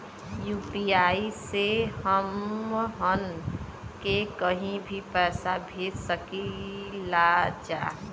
UPI से हमहन के कहीं भी पैसा भेज सकीला जा?